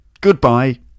Goodbye